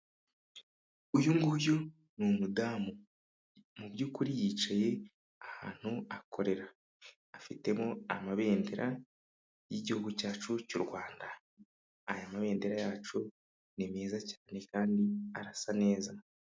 Uyu nguyu ni umudamu mu by'ukuri yicaye ahantu akorera; afitemo amabendera y'igihugu cyacu cy'u Rwanda. Aya mabendera yacu ni meza cyane kandi arasa neza.